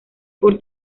por